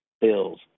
bills